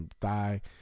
thigh